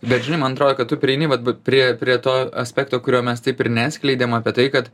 bet žinai man atrodo kad tu prieini vat prie prie to aspekto kurio mes taip ir neatskleidėm apie tai kad